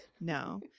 no